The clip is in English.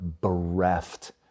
bereft